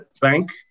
bank